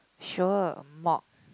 sure mop